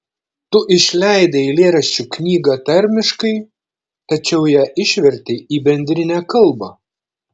tu išleidai eilėraščių knygą tarmiškai tačiau ją išvertei į bendrinę kalbą